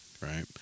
right